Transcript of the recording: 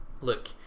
look